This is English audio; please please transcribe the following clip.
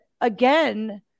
again